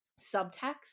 subtext